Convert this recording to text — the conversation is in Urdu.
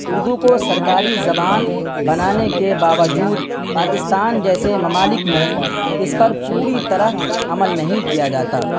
اردو کو سرکاری زبان بنانے کے باوجود پاکستان جیسے ممالک میں اس پر پوری طرح عمل نہیں کیا جاتا